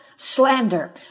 slander